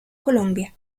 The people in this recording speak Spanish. colombia